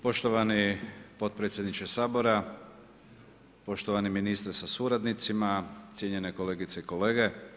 Poštovani potpredsjedniče Sabora, poštovani ministre sa suradnicima, cjenjene kolegice i kolege.